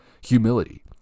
Humility